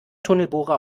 tunnelbohrer